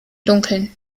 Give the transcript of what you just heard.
dunkeln